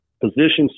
Positions